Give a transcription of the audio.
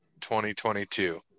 2022